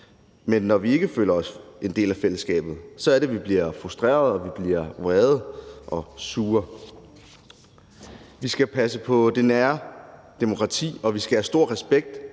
Men når vi ikke føler os som en del af fællesskabet, er det sådan, at vi bliver frustrerede, og at vi bliver vrede og sure. Vi skal passe på det nære demokrati, og vi skal have stor respekt